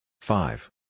Five